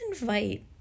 invite